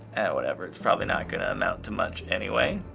whatever. it's probably not gonna amount to much anyway.